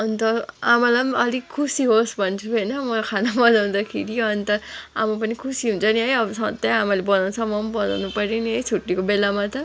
अन्त आमालाई पनि अलिक खुसी होस् भन्छु होइन म खाना बनाउँदाखेरि अन्त आमा पनि खुसी हुन्छ नि है अब सधैँ आमाले बनाउँछ म पनि बनाउनु पऱ्यो नि है छुट्टीको बेलामा त